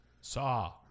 Saw